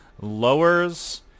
lowers